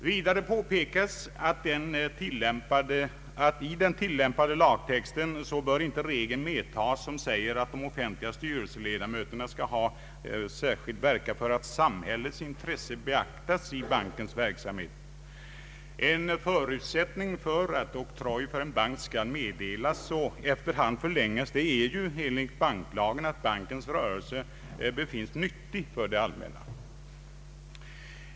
Vidare påpekar Bankföreningen att i den tillämpade lagtexten bör inte regeln medtas som säger att de offentliga styrelseledamöterna skall särskilt verka för att samhällets intressen beaktas i bankens verksamhet. En förutsättning för att oktroj skall meddelas och efter hand förlängas för en bank är enligt banklagen att bankens rörelse befinns ”nyttig för det allmänna”.